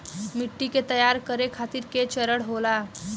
मिट्टी के तैयार करें खातिर के चरण होला?